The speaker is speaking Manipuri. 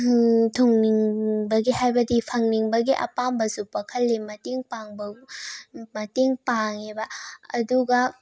ꯊꯨꯡꯅꯤꯡꯕꯒꯤ ꯍꯥꯏꯕꯗꯤ ꯐꯪꯅꯤꯡꯕꯒꯤ ꯑꯄꯥꯝꯕꯁꯨ ꯄꯣꯛꯍꯜꯂꯤ ꯃꯇꯦꯡ ꯄꯥꯡꯕꯕꯨ ꯃꯇꯦꯡ ꯄꯥꯡꯉꯦꯕ ꯑꯗꯨꯒ